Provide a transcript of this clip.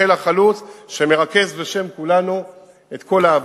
חיל החלוץ שמרכז בשם כולנו את כל העבודות.